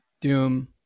doom